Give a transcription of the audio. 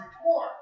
report